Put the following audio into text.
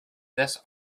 this